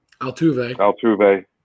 Altuve